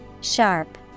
Sharp